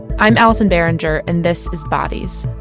i'm allison behringer and this is bodies,